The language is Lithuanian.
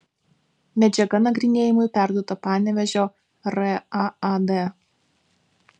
medžiaga nagrinėjimui perduota panevėžio raad